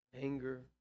anger